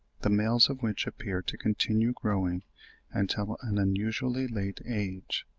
the males of which appear to continue growing until an unusually late age.